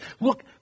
Look